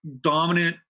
dominant